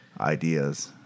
ideas